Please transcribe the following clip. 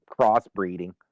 crossbreeding